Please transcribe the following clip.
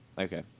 Okay